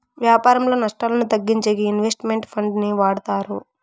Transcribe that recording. వ్యాపారంలో నష్టాలను తగ్గించేకి ఇన్వెస్ట్ మెంట్ ఫండ్ ని వాడతారు